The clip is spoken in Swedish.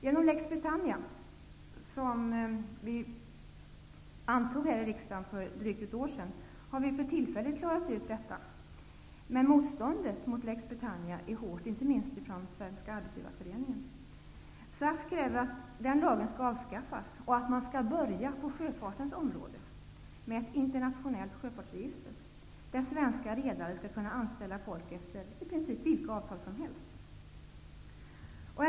Genom lex Britannia, som vi antog här i riksdagen för drygt ett år sedan, har vi för tillfället klarat ut detta. Men motståndet mot lex Britannia är hårt, inte minst från Svenska Arbetsgivareföreningen. SAF kräver att den lagen skall avskaffas och att man skall börja på sjöfartens område med ett internationellt sjöfartsregister, där svenska redare skall kunna anställa folk efter i princip vilka avtal som helst.